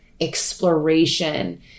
exploration